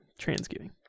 transgiving